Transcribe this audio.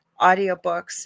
audiobooks